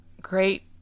Great